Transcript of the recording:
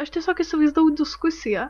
aš tiesiog įsivaizdavau diskusiją